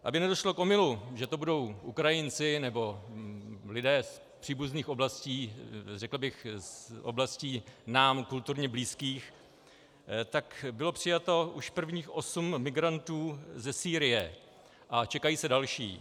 Aby nedošlo k omylu, že to budou Ukrajinci nebo lidé z příbuzných oblastí, řekl bych z oblastí nám kulturně blízkých, tak bylo přijato už prvních osm migrantů ze Sýrie a čekají se další.